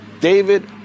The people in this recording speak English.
David